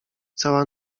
cała